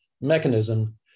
mechanism